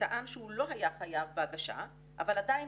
טען שהוא לא היה חייב בהגשה אבל עדיין